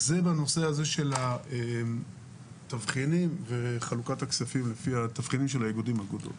זה בנושא התבחינים וחלוקת הכספים לפי התבחינים של האיגודים והאגודות.